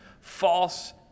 false